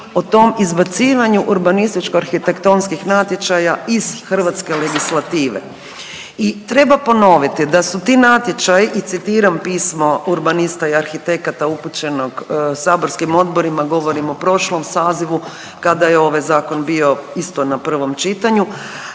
o tom izbacivanju urbanističko-arhitektonskih natječaja iz hrvatske legislative. I treba ponoviti da su ti natječaji i citiram pismo urbanista i arhitekata upućenog saborskim odborima, govorim o prošlom sazivu kada je ovaj zakon bio isto na prvom čitanju.